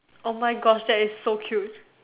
oh my Gosh that is so cute